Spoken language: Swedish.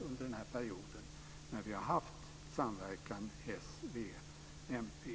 under den här perioden när Socialdemokraterna, Vänsterpartiet och Miljöpartiet har samverkat.